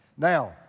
Now